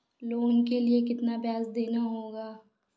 Loan के लिए कितना ब्याज देना होगा?